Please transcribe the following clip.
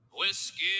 Whiskey